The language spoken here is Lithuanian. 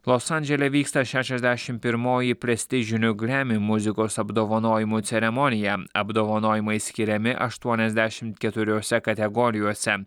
los andžele vyksta šešiasdešimt pirmoji prestižinių gremi muzikos apdovanojimų ceremonija apdovanojimai skiriami aštuoniasdešimt keturiose kategorijose